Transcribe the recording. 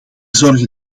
zorgen